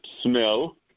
smell